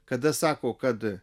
kada sako kad